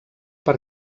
per